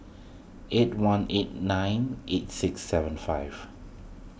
eight one eight nine eight six seven five